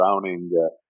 Browning